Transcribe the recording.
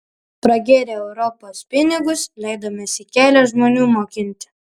pragėrę europos pinigus leidomės į kelią žmonių mokinti